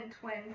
twins